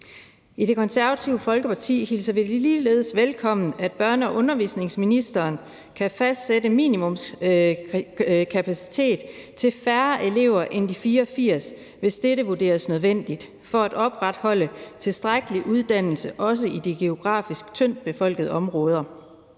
I Det Konservative Folkeparti hilser vi det ligeledes velkommen, at børne- og undervisningsministeren kan fastsætte minimumskapaciteten til færre elever end de 84 elever, hvis dette vurderes nødvendigt for at opretholde tilstrækkelig uddannelse også i de geografisk tyndtbefolkede områder.